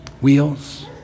wheels